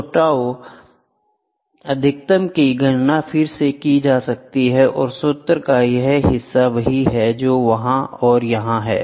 तो ताऊ अधिकतम की गणना फिर से की जा सकती है सूत्र का यह हिस्सा वही है जो वहां और यहां है